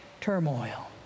TURMOIL